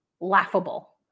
laughable